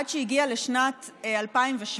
עד שהגיע לשנת 2017,